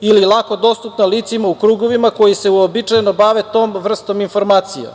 ili lako dostupna licima u krugovima koji se uobičajeno bave tom vrstom informacija,